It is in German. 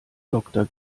doktor